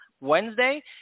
Wednesday